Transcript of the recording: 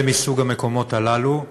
הם מסוג המקומות הללו,